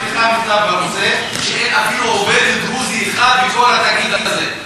שלחתי לך מכתב על זה שאין אפילו עובד דרוזי אחד בכל התאגיד הזה.